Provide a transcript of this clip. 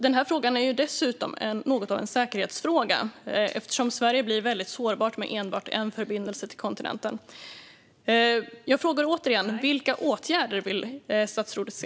Den här frågan är dessutom något av en säkerhetsfråga eftersom Sverige blir väldigt sårbart med enbart en förbindelse till kontinenten. Jag frågar återigen: Vilka åtgärder vill statsrådet se?